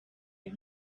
you